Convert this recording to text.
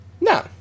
No